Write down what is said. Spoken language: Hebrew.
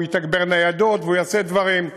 הוא יתגבר ניידות ויעשה דברים.